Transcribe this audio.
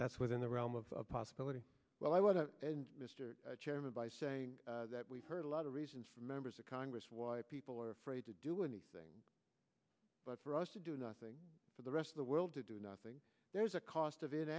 that's within the realm of possibility well i want to mr chairman by saying that we've heard a lot of reasons for members of congress why people are afraid to do anything but for us to do nothing for the rest of the world to do nothing there's a cost of i